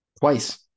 twice